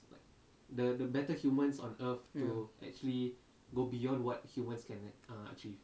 ya